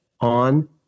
on